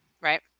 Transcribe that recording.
right